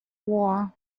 war